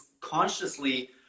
consciously